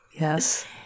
Yes